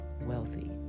wealthy